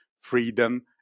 freedom